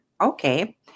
Okay